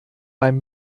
beim